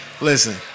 Listen